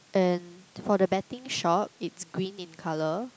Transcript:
and for the betting shop it's green in colour